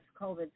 COVID